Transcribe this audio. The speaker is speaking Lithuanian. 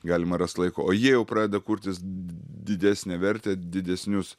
galima rast laiko o jie jau pradeda kurtis d didesnę vertę didesnius